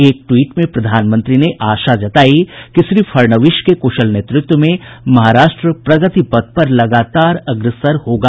एक ट्वीट में प्रधानमंत्री ने आशा जतायी है कि श्री फड़णवीस के कुशल नेतृत्व में महाराष्ट्र प्रगति पथ पर लगातार अग्रसर होगा